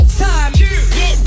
time